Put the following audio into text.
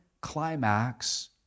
climax